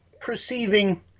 perceiving